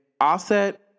offset